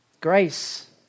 Grace